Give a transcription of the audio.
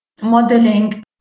modeling